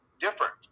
different